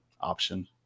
option